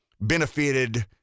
benefited